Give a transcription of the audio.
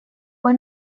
fue